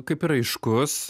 kaip ir aiškus